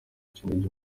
kinigi